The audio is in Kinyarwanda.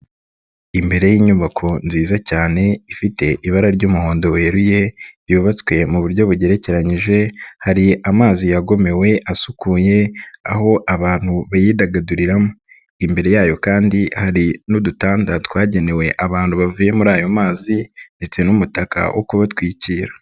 Imbere y'inyubako nziza cyane ifite ibara ry'umuhondo weruye yubatswe mu buryo bugerekeranyije hari amazi yagomewe asukuye aho abantu bayidagaduriramo, imbere yayo kandi hari n'udutanda twagenewe abantu bavuye muri ayo mazi ndetse n'umutaka wo kubatwikira.